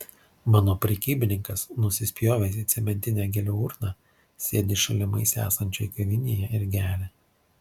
mano prekybininkas nusispjovęs į cementinę gėlių urną sėdi šalimais esančioj kavinėje ir geria